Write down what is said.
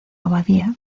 abadía